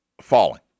falling